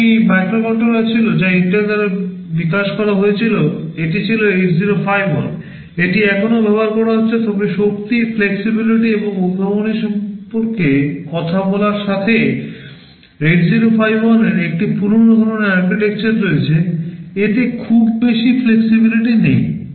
একটি মাইক্রোকন্ট্রোলার ছিল যা ইন্টেল দ্বারা বিকাশ করা হয়েছিল এটি ছিল 8051 এটি এখনও ব্যবহার করা হচ্ছে তবে শক্তি flexibility এবং উদ্ভাবনী সম্পর্কে কথা বলার সাথে 8051 এর একটি পুরানো ধরণের আর্কিটেকচার রয়েছে এতে খুব বেশি flexibility নেই